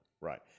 Right